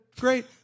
great